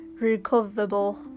recoverable